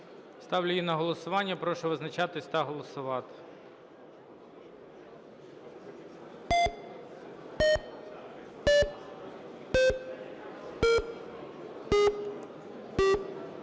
Ставлю її на голосування. Прошу визначатись та голосувати.